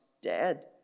dead